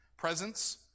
Presence